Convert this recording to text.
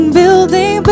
building